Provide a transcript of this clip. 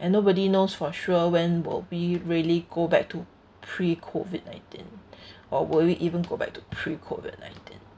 and nobody knows for sure when will we really go back to pre-COVID nineteen or will we even go back to pre-COVID nineteen